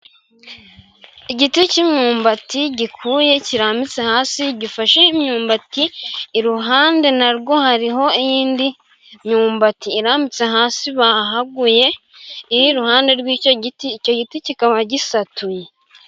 Igti cy'imyumbati gikuye kirambitse hasi gifashe imyumbati. Iruhande naho hariho indi myumbati irambitse hasi bahaguye iyo iruhande rw'icyo giti, icyo giti kikaba gisatuye.